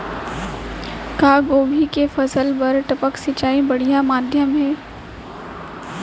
का गोभी के फसल बर टपक सिंचाई बढ़िया माधयम हे?